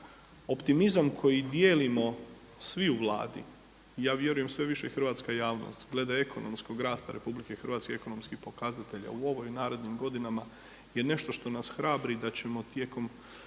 Optimizam koji dijelimo svi u Vladi, ja vjerujem sve više hrvatska javnost glede ekonomskog rasta RH i ekonomskih pokazatelja u ovoj i nerednim godinama je nešto što nas hrabri da ćemo tijekom